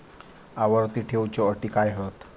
आवर्ती ठेव च्यो अटी काय हत?